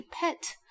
pet